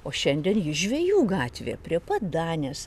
o šiandien ji žvejų gatvė prie pat danės